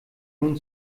nun